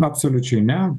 absoliučiai ne